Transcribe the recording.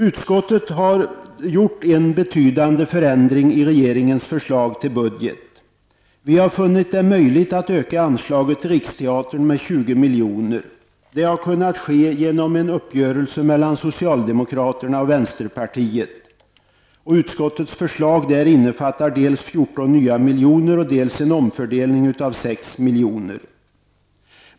Utskottet har gjort en betydande ändring i regeringens förslag till budget. Vi har funnit det möjligt att höja anslaget till Riksteatern med 20 milj.kr. -- tack vare en uppgörelse mellan socialdemokraterna och vänsterpartiet. Utskottets förslag innefattar dels 14 nya miljoner, dels en omfördelning av 6 miljoner.